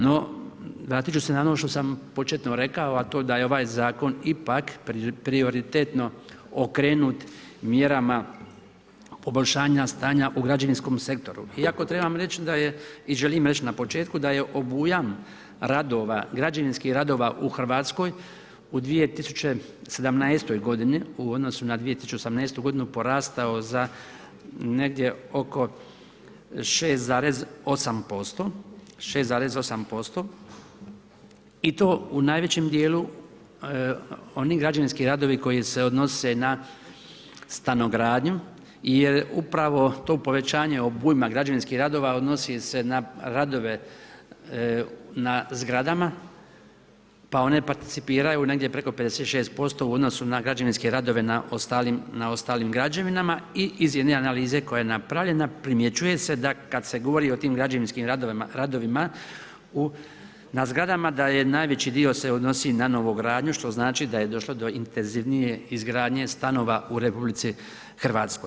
No vratit ću se na ovo što sam početku rekao a to da je ovaj Zakon ipak prioritetno okrenut mjerama poboljšanja stanja u građevinskom sektoru iako trebam reći i želim reći na početku da je obujam radova, građevinskih radova u Hrvatskoj u 2017. g. u odnosu na 2018. g. porastao za negdje oko 6,8%, i to u najvećem djelu onih građevinskih radova koji se odnose na stanogradnju jer upravo to povećanje obujma građevinskih radova odnosi se na radove na zgradama pa one participiraju negdje preko 56% u odnosu na građevinske radove na ostalim građevinama i iz jedne analize koja je napravljena primjećuje se da kad se govori o tim građevinskim radovima na zgradama, da je najveći di se odnosi na novogradnju što znači da je došlo do intenzivnije izgradnje stanova u RH.